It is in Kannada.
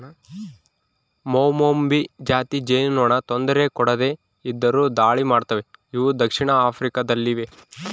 ಮೌಮೌಭಿ ಜಾತಿ ಜೇನುನೊಣ ತೊಂದರೆ ಕೊಡದೆ ಇದ್ದರು ದಾಳಿ ಮಾಡ್ತವೆ ಇವು ದಕ್ಷಿಣ ಆಫ್ರಿಕಾ ದಲ್ಲಿವೆ